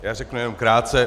Já řeknu jenom krátce.